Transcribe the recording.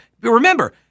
Remember